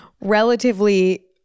relatively